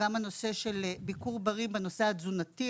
ביקור בריא בנושא התזונתי.